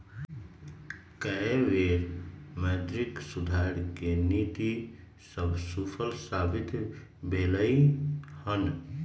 कय बेर मौद्रिक सुधार के नीति सभ सूफल साबित भेलइ हन